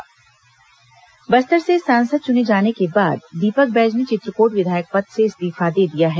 दीपक बैज इस्तीफा बस्तर से सांसद चुने जाने के बाद दीपक बैज ने चित्रकोट विधायक पद से इस्तीफा दे दिया है